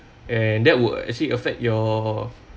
and that would actually affect your